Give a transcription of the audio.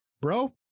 bro